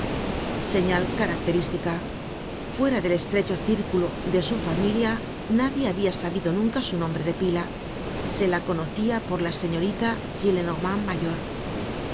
señal característica fuera del estrecho círculo de su familia nadie habia sabido nunca su nombre de pila se la conocia por la señorita gillenormand mayor